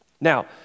Now